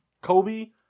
Kobe